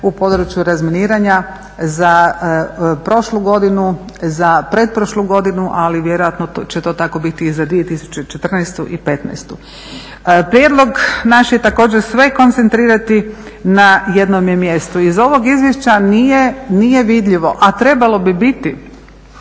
u području razminiranja za prošlu godinu, za pretprošlu godinu ali vjerojatno će to tako biti i za 2014. i 2015. Prijedlog naš je također sve koncentrirati na jednome mjestu. Iz ovoga izvješća nije vidljivo a trebalo bi biti